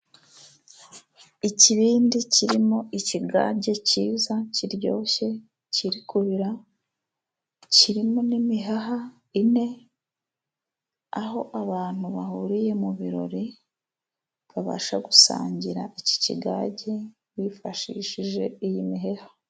Ikibindi kirimo ikigage ciza kiryoshye kiri kubira, kirimo n'imihaha ine, aho abantu bahuriye mu birori babasha gusangira iki kigage, bifashishije iyi miheha.